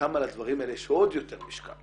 כמה לדברים האלה יש עוד יותר משקל